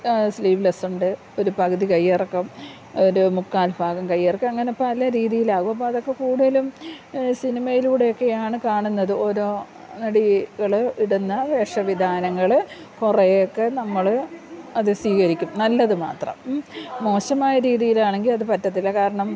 sleeveless ഉണ്ട് ഒരു പകുതി കൈ ഇറക്കം ഒരു മുക്കാൽ ഭാഗം കൈ ഇറക്കം അങ്ങനെ പല രീതിയിലാകും അപ്പം അതൊക്കെ കൂടുതലും സിനിമയിലൂടെയൊക്കെയാണ് കാണുന്നത് ഓരോ നടികൾ ഇടുന്ന വേഷവിധാനങ്ങൾ കുറേയൊക്കെ നമ്മൾ അത് സ്വീകരിക്കും നല്ലത് മാത്രം മോശമായ രീതിയിലാണെങ്കിൽ അത് പറ്റത്തില്ല കാരണം